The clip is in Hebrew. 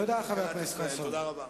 תודה רבה.